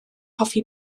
hoffi